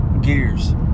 gears